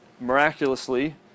miraculously